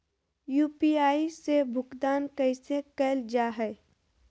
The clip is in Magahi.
यू.पी.आई से भुगतान कैसे कैल जहै?